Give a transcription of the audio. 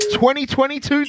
2022